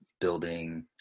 building